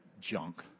junk